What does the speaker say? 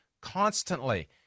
constantly